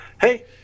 hey